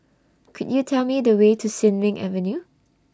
Could YOU Tell Me The Way to Sin Ming Avenue